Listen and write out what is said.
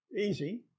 easy